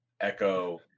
Echo